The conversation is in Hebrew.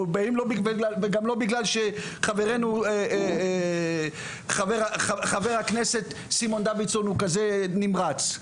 וגם לא בגלל שחברינו חבר הכנסת סימון דוידסון הוא כזה נמרץ.